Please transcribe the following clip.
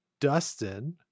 Dustin